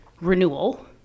renewal